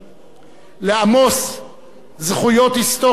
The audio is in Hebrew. לעמוס זכויות היסטוריות רבות,